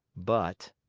but